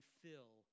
fill